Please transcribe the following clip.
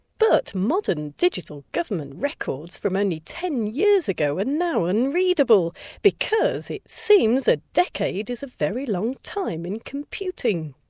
but modern digital government records from only ten years ago and are unreadable because it seems a decade is a very long time in computing.